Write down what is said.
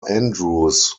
andrews